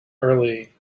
early